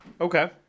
okay